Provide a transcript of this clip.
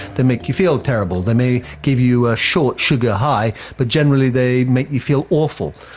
they make you feel terrible. they may give you a short sugar high but generally they make you feel awful.